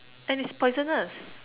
and it's poisonous